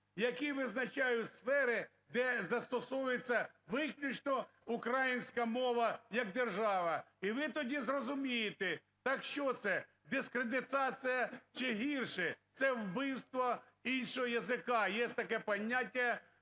який визначає сфери, де застосовується виключно українська мова як державна, і ви тоді зрозумієте. Так що це? Дискредитація чи гірше? Це – вбивство іншого язика. Є таке поняття